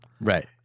Right